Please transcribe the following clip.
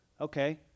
Okay